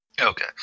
Okay